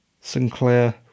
Sinclair